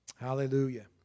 Hallelujah